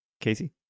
Casey